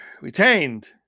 retained